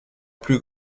plus